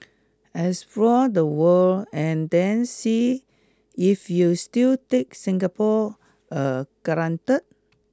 explore the world and then see if you still take Singapore a granted